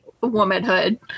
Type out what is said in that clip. womanhood